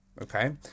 Okay